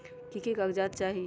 की की कागज़ात चाही?